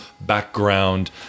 background